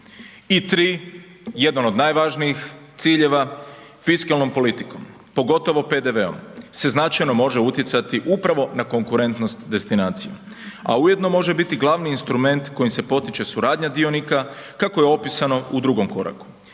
I 3. jedan od najvažnijih ciljeva. Fiskalnom politikom. Pogotovo PDV-om se značajno može utjecati upravo na konkurentnost destinacije. A ujedno može biti glavni instrument kojim se potiče suradnja dionika, kako je opisano u drugom koraku.